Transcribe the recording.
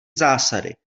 zásady